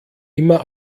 immer